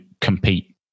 compete